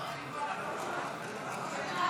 בשירותים ובכניסה למקומות בידור ולמקומות ציבוריים (תיקון,